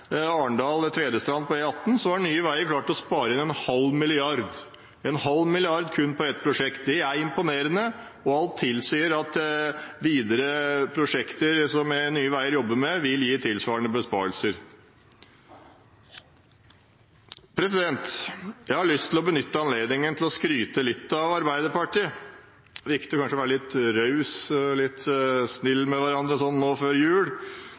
Arendal og Tvedestrand på E18 har Nye Veier klart å spare inn 0,5 mrd. kr. En halv milliard kun på ett prosjekt er imponerende, og alt tilsier at videre prosjekter som Nye Veier jobber med, vil gi tilsvarende besparelser. Jeg har lyst til å benytte anledningen til å skryte litt av Arbeiderpartiet – det er viktig kanskje å være litt rause og snille med hverandre nå før jul.